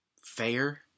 fair